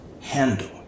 handle